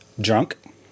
drunk